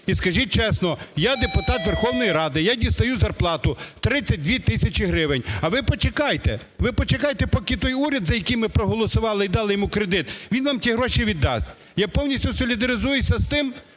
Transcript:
і скажіть чесно: я, депутат Верховної Ради, я дістаю зарплату 32 тисячі гривень, а ви почекайте, ви почекайте, поки той уряд, за який ми проголосували і дали йому кредит, він вам ті гроші віддасть. Я повністю солідаризуюся з тим,